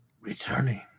returning